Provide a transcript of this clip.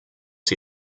sie